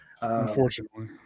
Unfortunately